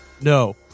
No